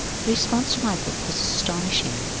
the response to my book was astonishing.